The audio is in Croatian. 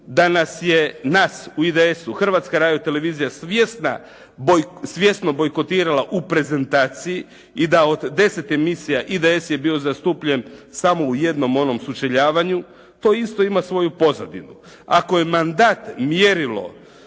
je nas u IDS-u Hrvatska radio-televizija svjesno bojkotirala u prezentaciji i da od deset emisija IDS je bio zastupljen samo u jednom onom sučeljavanju. To isto ima svoju pozadinu. Ako je mandat mjerilo